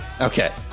Okay